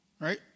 Right